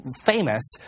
famous